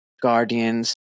guardians